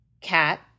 Cat